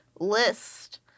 list